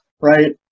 right